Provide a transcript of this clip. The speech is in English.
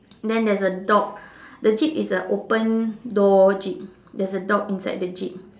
then there is a dog the jeep is a open door jeep there is a dog inside the jeep